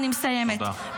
אני מסיימת,